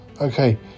Okay